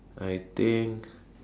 I think